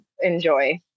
enjoy